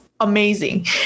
amazing